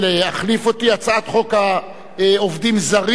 הצעת חוק עובדים זרים (תיקון מס'